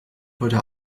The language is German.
heute